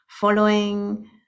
following